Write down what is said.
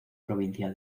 provincia